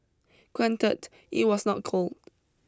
granted it was not gold